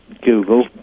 Google